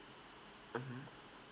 mmhmm